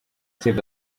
achieve